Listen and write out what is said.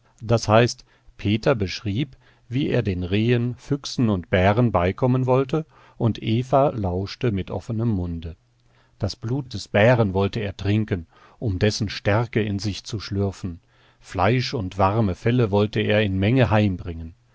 das heißt peter beschrieb wie er den rehen füchsen und bären beikommen wollte und eva lauschte mit offenem munde das blut des bären wollte er trinken um dessen stärke in sich zu schlürfen fleisch und warme felle wollte er in menge heimbringen